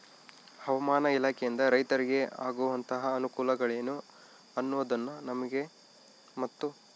ಹವಾಮಾನ ಇಲಾಖೆಯಿಂದ ರೈತರಿಗೆ ಆಗುವಂತಹ ಅನುಕೂಲಗಳೇನು ಅನ್ನೋದನ್ನ ನಮಗೆ ಮತ್ತು?